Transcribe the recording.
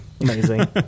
Amazing